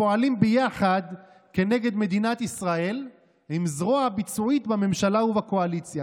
ופועלים יחד כנגד מדינת ישראל ועם זרוע ביצועית בממשלה ובקואליציה,